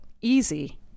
easy